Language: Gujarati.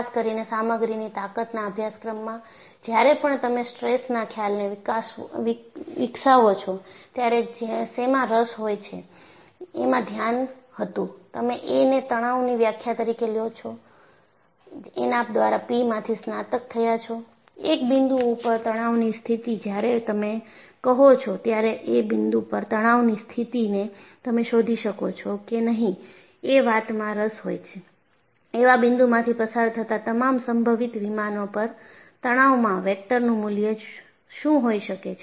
ખાસ કરીને સામગ્રી ની તાકતના અભ્યાસક્રમમાં જ્યારે પણ તમે સ્ટ્રેસના ખ્યાલને વિકસાવો છો ત્યારે શેમાં રસ હોય છે એમાં ધ્યાન હતું તમે A ને તણાવની વ્યાખ્યા તરીકે લ્યો છે એના દ્વારા P માંથી સ્નાતક થયા છો એક બિંદુ ઉપર તણાવની સ્થિતિ જ્યારે તમે કહો છો ત્યારે એ બિંદુ પર તણાવની સ્થિતને તમે શોધી શકો છો કે નહી એ વાતમાં રસ હોય છે એવા બિંદુમાંથી પસાર થતા તમામ સંભવિત વિમાનો પર તણાવમાં વેક્ટરનું મૂલ્ય શું હોઈ શકે છે